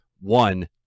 one